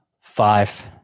five